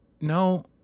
no